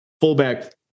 Fullback